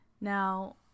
now